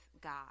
God